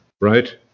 Right